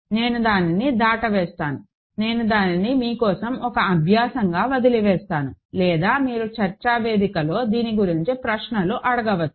నేను దానిని దాటవేస్తాను నేను దానిని మీ కోసం ఒక అభ్యాసంగా వదిలివేస్తాను లేదా మీరు చర్చా వేదికలో దీని గురించి ప్రశ్నలు అడగవచ్చు